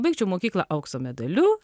baigčiau mokyklą aukso medaliu